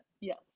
Yes